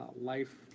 Life